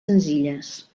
senzilles